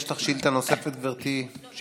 יש לך שאילתה נוספת, גברתי.